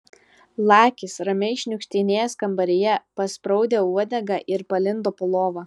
lakis ramiai šniukštinėjęs kambaryje paspraudė uodegą ir palindo po lova